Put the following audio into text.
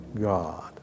God